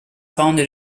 founded